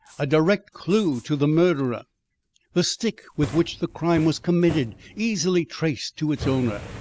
a direct clue to the murderer the stick with which the crime was committed easily traced to its owner.